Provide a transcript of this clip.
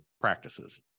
practices